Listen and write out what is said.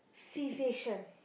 seization